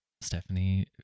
Stephanie